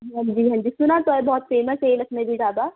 ہاں جی ہاں جی سنا تو ہے بہت فیمس ہے یہ لکھنوی ڈھابہ